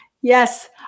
Yes